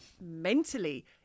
mentally